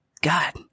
God